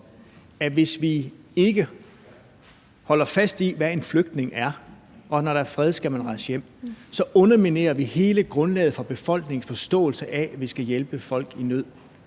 vi, hvis vi ikke holder fast i, hvad en flygtning er, og at man, når der er fred, skal rejse hjem, så underminerer man hele grundlaget for befolkningens forståelse af, at vi skal hjælpe folk i nød?